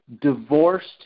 divorced